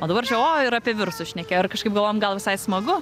o dabar čia o ir apie virusus šnekėjo ir kažkaip galvojom gal visai smagu